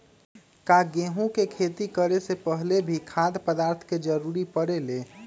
का गेहूं के खेती करे से पहले भी खाद्य पदार्थ के जरूरी परे ले?